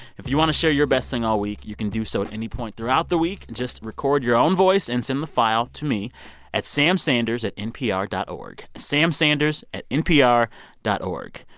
if you want to share your best thing all week, you can do so at any point throughout the week. just record your own voice and send the file to me at samsanders at npr dot o r g. samsanders at npr dot o r